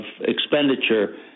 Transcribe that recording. expenditure